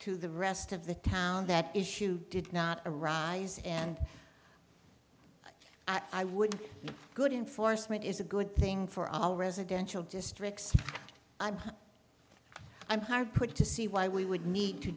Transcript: to the rest of the town that issue did not arise and i would good in force went is a good thing for all residential districts i'm hard put to see why we would need to